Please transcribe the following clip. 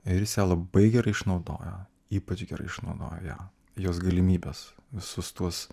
ir labai gerai išnaudojo ypač gerai išnaudojo jos galimybes visus tuos